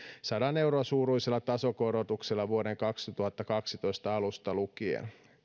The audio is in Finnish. sadan euron suuruisella tasokorotuksella vuoden kaksituhattakaksitoista alusta lukien